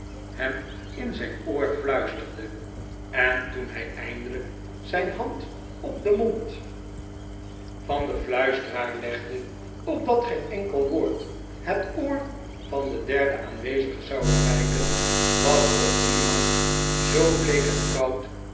hem in zijn oor fluisterde en toen hij eindelijk zijn hand op den mond van den fluismaarten chuzzle wit teraar legde opdat geen enkel woord het oor van den derden aanwezige zou bereiken was ook die hand zoo bleek en koud